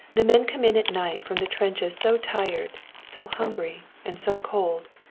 the men come in at night from the trenches so tired, so hungry and so cold.